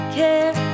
care